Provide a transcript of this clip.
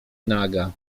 naga